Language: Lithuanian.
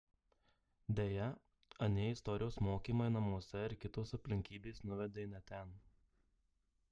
deja anie istorijos mokymai namuose ir kitos aplinkybės nuvedė ne ten